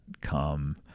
come